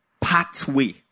pathway